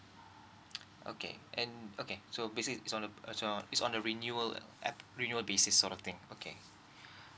okay and okay so basically is on is on it's on the renewal app~ renewal basis sort of thing okay